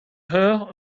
her